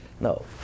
No